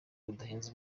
budahenze